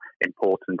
important